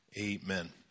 Amen